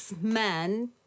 men